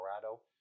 Colorado